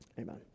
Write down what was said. amen